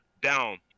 down